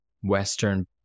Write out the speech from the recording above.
Western